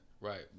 Right